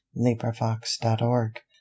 LibriVox.org